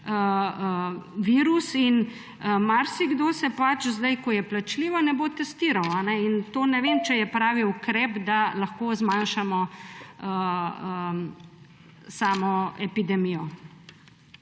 virus. Marsikdo se pač zdaj, ko je plačljivo, ne bo testiral. In ne vem, če je pravi ukrep, da lahko zmanjšamo samo epidemijo.